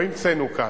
לא המצאנו כאן.